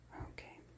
okay